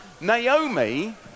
Naomi